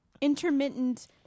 intermittent